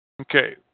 Okay